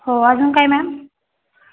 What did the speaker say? हो अजून काय मॅम